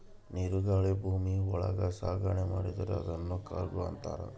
ನೀರು ಗಾಳಿ ಭೂಮಿ ಒಳಗ ಸಾಗಣೆ ಮಾಡಿದ್ರೆ ಅದುನ್ ಕಾರ್ಗೋ ಅಂತಾರ